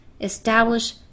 establish